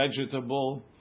vegetable